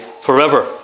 forever